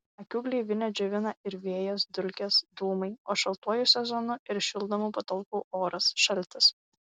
akių gleivinę džiovina ir vėjas dulkės dūmai o šaltuoju sezonu ir šildomų patalpų oras šaltis